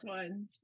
ones